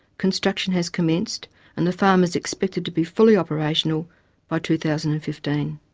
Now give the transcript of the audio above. construction has commenced and the farm is expected to be fully operational by two thousand and fifteen.